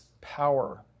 power